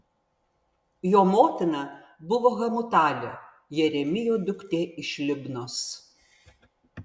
jo motina buvo hamutalė jeremijo duktė iš libnos